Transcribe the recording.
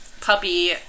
puppy